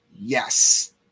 Yes